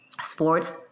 sports